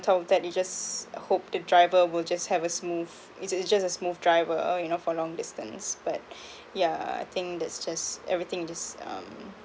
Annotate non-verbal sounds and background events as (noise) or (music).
though that you just hope the driver will just have a smooth it's it's just a smooth driver oh you know for long distance but (breath) yeah I think that's just everything just um